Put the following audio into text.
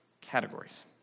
categories